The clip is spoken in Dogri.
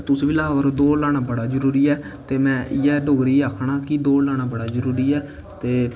तुस बी ला करो दौड़ लाना बड़ा जरूरी ऐ ते में इयै आक्खना की दौड़ लाना बड़ा जरूरी ऐ ते